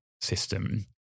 system